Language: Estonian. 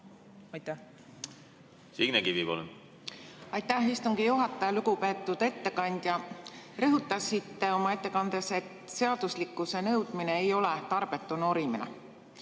palun! Signe Kivi, palun! Aitäh, istungi juhataja! Lugupeetud ettekandja! Rõhutasite oma ettekandes, et seaduslikkuse nõudmine ei ole tarbetu norimine.